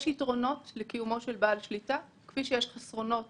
יש יתרונות לקיומו של בעל שליטה כמו שיש חסרונות.